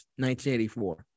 1984